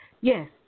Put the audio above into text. yes